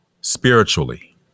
spiritually